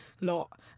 lot